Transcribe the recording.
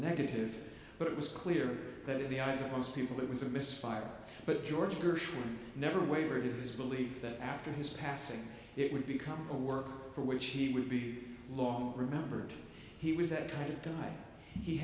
negative but it was clear that in the eyes of most people it was a misfire but george gershwin never wavered in his belief that after his passing it would become a work for which he would be long remembered he was that kind of guy he